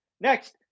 Next